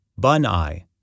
Bunai